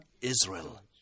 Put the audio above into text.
Israel